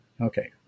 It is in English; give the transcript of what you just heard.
okay